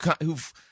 who've